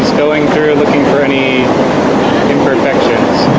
going through looking for any imperfections